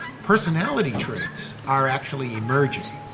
personality traits are actually emerging.